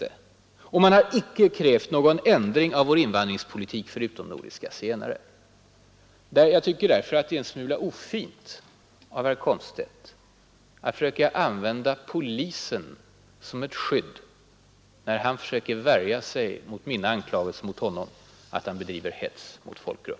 Man har, slutligen, inte krävt någon ändring i vår invandringspolitik när det gäller utomnordiska zigenare. Jag tycker därför att det är en smula ofint av herr Komstedt att försöka använda polisen som ett skydd, när han försöker värja sig mot mina anklagelser att herr Komstedt bedriver hets mot folkgrupp.